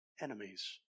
enemies